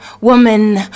woman